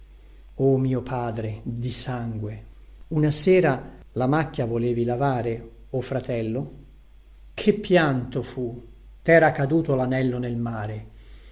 o mio padre di sangue una sera la macchia volevi lavare o fratello che pianto fu tera caduto lanello nel mare